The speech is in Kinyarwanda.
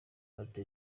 ati